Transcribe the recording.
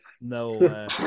No